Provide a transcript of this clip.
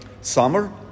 summer